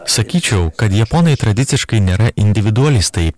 sakyčiau kad japonai tradiciškai nėra individualistai